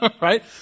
right